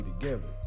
together